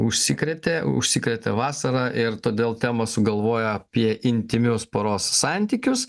užsikrėtė užsikrėtė vasarą ir todėl temą sugalvojo apie intymius poros santykius